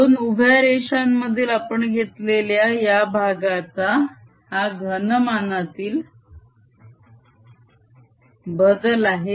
दोन उभ्या रेषांमधील आपण घेतलेल्या या भागाचा हा घनमानातील बदल आह